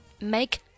Make